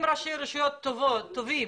אם ראשי רשויות טובים